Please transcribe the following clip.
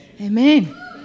Amen